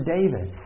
David